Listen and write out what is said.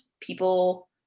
people